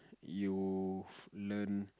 you've learnt